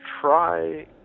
try